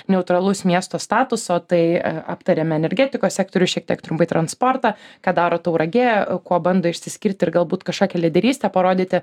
neutralus miesto statuso tai aptarėme energetikos sektorių šiek tiek trumpai transportą ką daro tauragė kuo bando išsiskirt ir galbūt kažkokią lyderystę parodyti